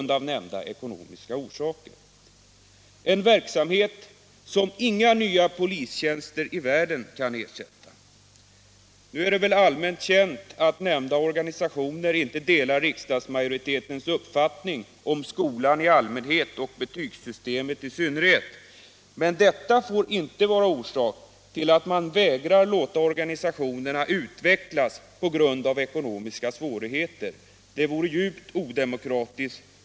Denna socialpolitiska verksamhet kan inga nya polistjänster i världen ersätta. Nu är det väl allmänt känt att nämnda organisationer inte delar riksdagsmajoritetens uppfattning om skolan i allmänhet och betygssystemet i synnerhet. Men detta får inte vara orsak till att man hindrar organisationernas utveckling genom att vägra att lösa deras ekonomiska problem. Det vore djupt odemokratiskt.